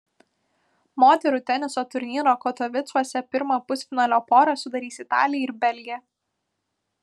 moterų teniso turnyro katovicuose pirmą pusfinalio porą sudarys italė ir belgė